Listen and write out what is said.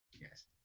Yes